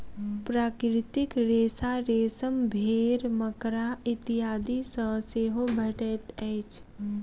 प्राकृतिक रेशा रेशम, भेंड़, मकड़ा इत्यादि सॅ सेहो भेटैत अछि